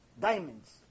diamonds